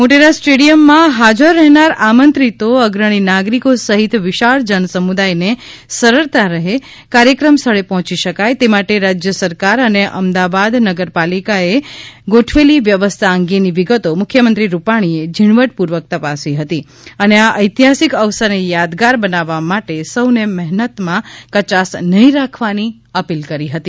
મોટેરા સ્ટેડિયમમાં હાજર રહેનાર આમંત્રિતો અગ્રણી નાગરિકો સહિત વિશાળ જનસમુદાયને સરળતાએ કાર્યક્રમ સ્થળે પહોચી શકાય તે માટે રાજ્ય સરકાર અને અમદાવાદ મહાનગરપાલિકાએ ગોઠવેલી વ્યવસ્થા અંગેની વિગતો મુખ્યમંત્રી રૂપાણીએ ઝીણવટપૂર્વક તપાસી હતી અને આ ઐતિહાસિક અવસરને યાદગાર બનાવવા માટે સૌને મહેનતમાં કચાશ નહીં રાખવાની અપીલ કરી હતી